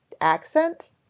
accent